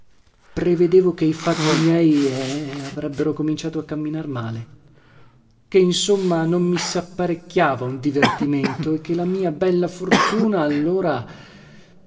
prevedevo che i fatti miei eh avrebbero cominciato a camminar male che insomma non mi sapparecchiava un divertimento e che la mia bella fortuna allora